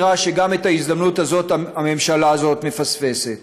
נראה שגם את ההזדמנות הזאת הממשלה הזאת מפספסת.